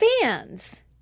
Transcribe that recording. Fans